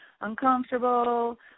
uncomfortable